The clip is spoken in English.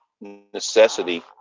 necessity